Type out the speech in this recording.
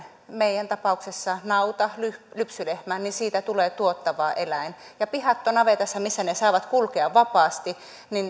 meidän tapauksessamme naudasta lypsylehmästä tulee tuottava eläin pihattonavetassa missä ne ne saavat kulkea vapaasti